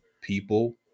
people